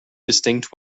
distinct